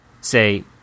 Say